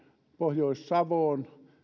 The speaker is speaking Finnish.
pohjois savoon